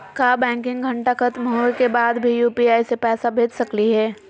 का बैंकिंग घंटा खत्म होवे के बाद भी यू.पी.आई से पैसा भेज सकली हे?